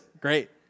Great